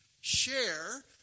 Share